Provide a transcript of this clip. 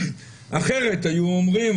אחרת היו אומרים,